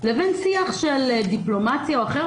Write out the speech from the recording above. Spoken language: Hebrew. לבין שיח של דיפלומטיה או אחר.